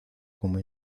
como